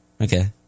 Okay